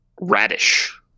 Radish